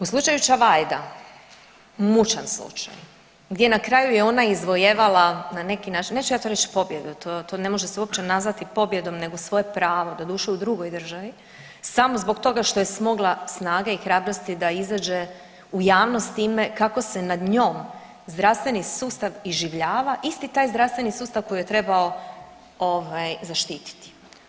U slučaju Čavajda, mučan slučaj gdje na kraju je ona izvojevala na neki način, neću ja to reć pobjedu, to, to ne može se uopće nazvati pobjedom nego svoje pravo doduše u drugoj državi samo zbog toga što je smogla snage i hrabrosti da izađe u javnost s time kako se nad njom zdravstveni sustav iživljava, isti taj zdravstveni sustav koji je trebao ovaj zaštititi.